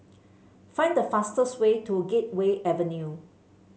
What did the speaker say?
find the fastest way to Gateway Avenue